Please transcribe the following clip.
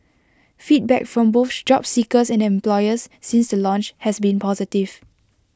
feedback from both job seekers and employers since the launch has been positive